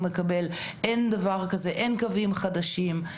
אין דבר כזה, אין קווים חדשים.